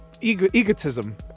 egotism